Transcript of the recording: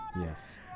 yes